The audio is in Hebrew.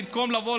במקום לבוא,